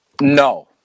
No